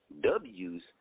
Ws